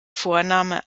vorname